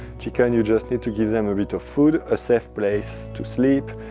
chicken, you just need to give them a bit of food, a safe place to sleep.